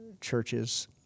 churches